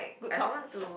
good talk